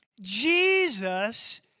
Jesus